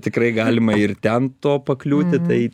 tikrai galima ir ten to pakliūti tai